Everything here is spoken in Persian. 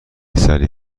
سریع